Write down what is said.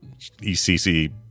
ECC